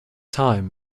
time